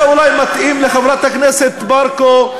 זה אולי מתאים לחברת הכנסת ברקו,